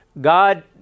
God